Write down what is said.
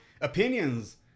opinions